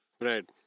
Right